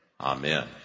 amen